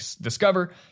Discover